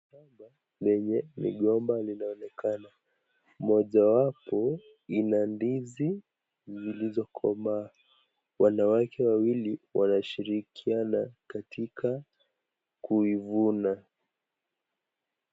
Lenye ni gomba linaonekana moja wapo ina ndizi zilizo komaa, wanawake wawili wanashidikiana katika kuivuna.